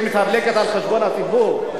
שמתדלקת על חשבון הציבור,